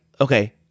okay